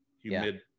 humid